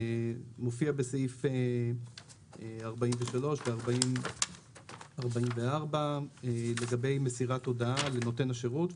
מופיע בסעיף 43 ו-44 לגבי מסירת הודעה ונותן השירות.